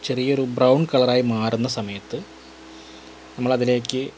ചെറിയൊരു ബ്രൌൺ കളറായി മാറുന്ന സമയത്ത് നമ്മളതിലേക്ക്